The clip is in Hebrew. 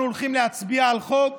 אנחנו הולכים להצביע על חוק